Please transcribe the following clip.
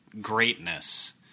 greatness